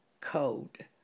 code